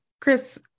Chris